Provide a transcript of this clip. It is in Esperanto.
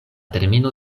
termino